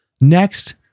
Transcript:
Next